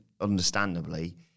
understandably